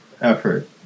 effort